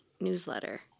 newsletter